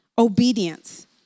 obedience